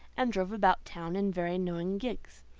and drove about town in very knowing gigs.